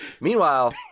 Meanwhile